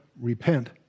repent